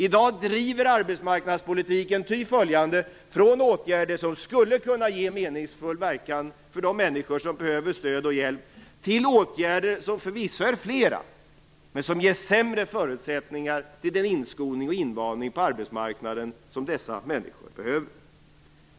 I dag driver arbetsmarknadspolitiken ty följande från åtgärder som skulle kunna ge meningsfull verkan för de människor som behöver stöd och hjälp till åtgärder som förvisso är flera men som ger sämre förutsättningar vid den inskolning och invänjning på arbetsmarknaden som dessa människor behöver.